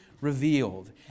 revealed